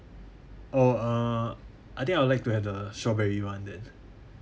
oh uh I think I would like to have the strawberry [one] then